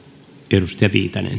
arvoisa